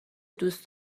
دوست